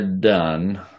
done